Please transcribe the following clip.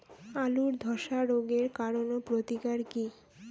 আলুর ধসা রোগের কারণ ও প্রতিকার কি?